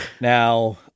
Now